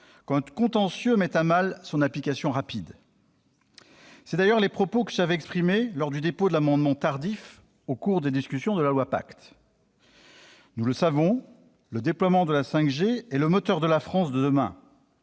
qu'un contentieux ne mette à mal son application rapide. Tel était d'ailleurs le sens des propos que j'avais exprimés lors du dépôt de l'amendement tardif au cours des discussions de la loi Pacte. Nous le savons, le déploiement de la 5G est le moteur de la France de demain